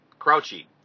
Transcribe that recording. Crouchy